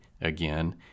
again